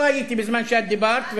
לא הייתי בזמן שאת דיברת,